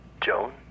Joan